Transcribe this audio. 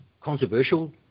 controversial